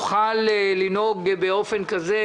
חשוב שתוכל לנהוג באופן כזה,